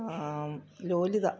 Lolitha Appachan